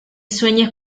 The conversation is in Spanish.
sueñes